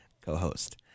co-host